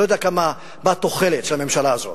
אני לא יודע מה התוחלת של הממשלה הזאת,